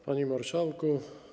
Panie Marszałku!